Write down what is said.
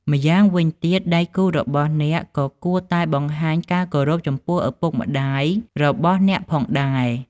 ម្យ៉ាងវិញទៀត ដៃគូរបស់អ្នកក៏គួរតែបង្ហាញការគោរពចំពោះឪពុកម្ដាយរបស់អ្នកផងដែរ។